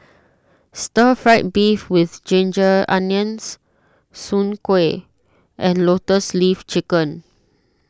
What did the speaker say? Stir Fried Beef with Ginger Onions Soon Kway and Lotus Leaf Chicken